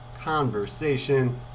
conversation